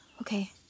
Okay